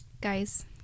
guys